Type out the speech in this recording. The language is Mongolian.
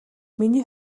миний